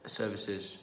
services